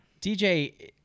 DJ